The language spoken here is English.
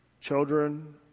children